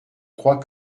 crois